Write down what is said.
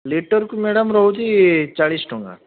ଲିଟରକୁ madam ରହୁଛି ଚାଳିଶ ଟଙ୍କା